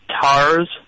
Tars